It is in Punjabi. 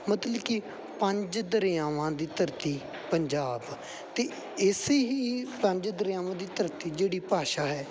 ਮਤਲਬ ਕਿ ਪੰਜ ਦਰਿਆਵਾਂ ਦੀ ਧਰਤੀ ਪੰਜਾਬ ਅਤੇ ਇਸੇ ਹੀ ਪੰਜ ਦਰਿਆਵਾਂ ਦੀ ਧਰਤੀ ਜਿਹੜੀ ਭਾਸ਼ਾ ਹੈ